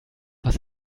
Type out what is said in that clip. was